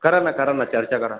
करा ना करा ना चर्चा करा